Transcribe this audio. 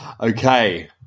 Okay